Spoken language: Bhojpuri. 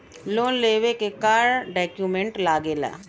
लोन लेवे के का डॉक्यूमेंट लागेला?